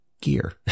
gear